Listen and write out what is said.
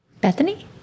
Bethany